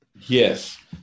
Yes